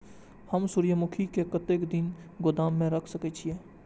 हम सूर्यमुखी के कतेक दिन गोदाम में रख सके छिए?